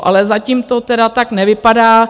Ale zatím to tedy tak nevypadá.